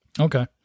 Okay